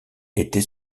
était